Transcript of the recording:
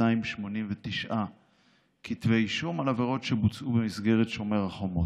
כ-289 כתבי אישום על עבירות שבוצעו במסגרת שומר החומות.